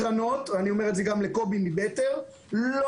הקרנות ואני אומר את זה גם לקובי מבטר לא